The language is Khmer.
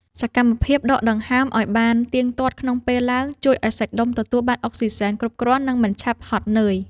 សកម្មភាពដកដង្ហើមឱ្យបានទៀងទាត់ក្នុងពេលឡើង ជួយឱ្យសាច់ដុំទទួលបានអុកស៊ីសែនគ្រប់គ្រាន់ និងមិនឆាប់ហត់នឿយ។